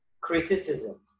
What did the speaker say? Criticism